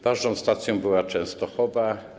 Ważną stacją była Częstochowa.